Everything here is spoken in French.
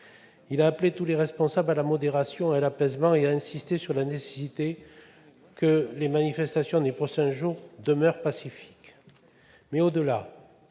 Il a appelé tous les responsables à la modération et à l'apaisement et a insisté sur la nécessité que les manifestations des prochains jours demeurent pacifiques. Au-delà,